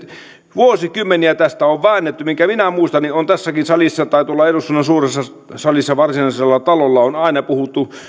vuosikymmeniä tästä on väännetty ja minkä minä muistan niin tässäkin salissa tai tuolla eduskunnan suuressa salissa varsinaisella talolla on aina puhuttu